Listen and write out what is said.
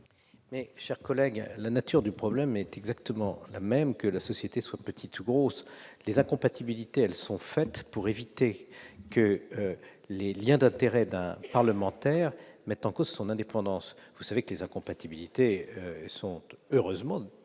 Ma chère collègue, la nature du problème est exactement la même, que la société soit petite ou grosse. Les incompatibilités sont faites pour éviter que les liens d'intérêts d'un parlementaire mettent en cause son indépendance. Vous savez que les incompatibilités sont, heureusement,